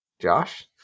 Josh